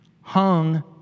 hung